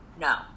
No